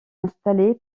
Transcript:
installé